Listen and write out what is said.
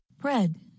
Bread